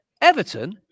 Everton